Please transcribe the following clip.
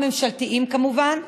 הממשלתיים כמובן,